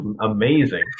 amazing